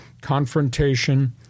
Confrontation